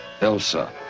Elsa